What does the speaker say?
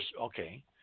okay